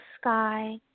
sky